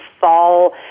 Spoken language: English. fall